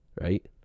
right